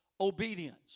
obedience